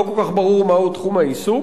לא כל כך ברור מהו תחום העיסוק.